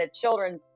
children's